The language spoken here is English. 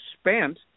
spent